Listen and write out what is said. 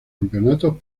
campeonatos